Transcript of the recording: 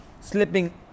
Slipping